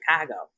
Chicago